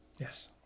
Yes